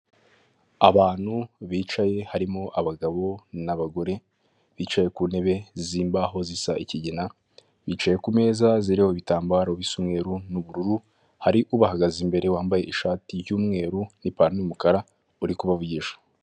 Abantu bicaye harimo abagabo n'abagore bicaye ku ntebe z'imbaho zisa ikigina, bicaye ku meza ziriho ibitambaro bisa umweru n'ubururu, hari ubahagaze imbere wambaye ishati y'umweru n'ipantaro y'umukara uri kubavugisha.